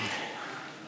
התפקשש לך.